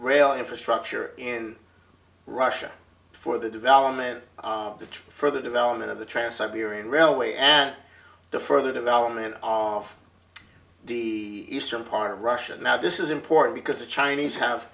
rail infrastructure in russia for the development of the tree for the development of the trance iberian railway and the further development of the eastern part of russia now this is important because the chinese have